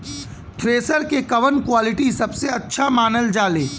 Thresher के कवन quality सबसे अच्छा मानल जाले?